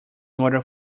order